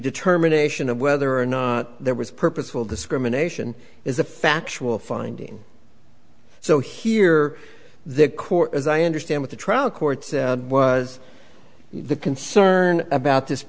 determination of whether or not there was purposeful discrimination is a factual finding so here the court as i understand what the trial court was the concern about this